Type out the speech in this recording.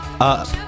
up